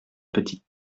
petite